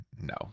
no